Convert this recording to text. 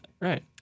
right